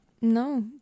No